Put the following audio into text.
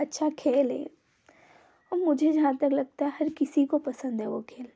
अच्छा खेल है और मुझे जहाँ तक लगता है हर किसी को पसंद है वो खेल